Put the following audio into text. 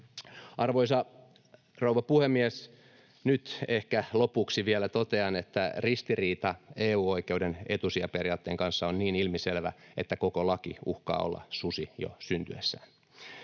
Arvoisa rouva puhemies! Nyt ehkä lopuksi vielä totean, että ristiriita EU-oikeuden etusijaperiaatteen kanssa on niin ilmiselvä, että koko laki uhkaa olla susi jo syntyessään.